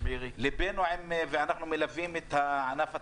אנו מלווים את ענף התיירות.